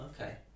okay